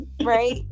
Right